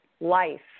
life